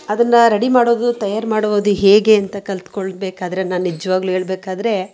ಅದನ್ನು ರೆಡಿ ಮಾಡೋದು ತಯಾರು ಮಾಡುವುದು ಹೇಗೆ ಅಂತ ಕಲಿತ್ಕೊಳ್ಬೇಕಾದ್ರೆ ನಾನು ನಿಜವಾಗ್ಲೂ ಹೇಳಬೇಕಾದ್ರೆ